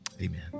Amen